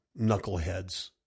knuckleheads